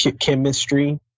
chemistry